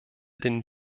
den